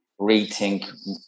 rethink